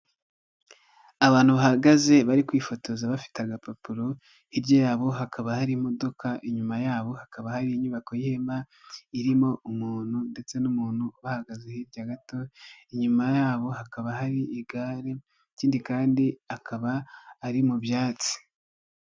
Abantu bahagaze, bari kwifotoza bafite agapapuro, hirya yabo hakaba hari imodoka, inyuma yabo hakaba hari inyubako y'ihema, irimo umuntu ndetse n'umuntu bahagaze hirya gato, inyuma yabo hakaba hari igare, ikindi kandi akaba ari mu byatsi.